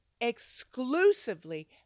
exclusively